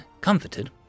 comforted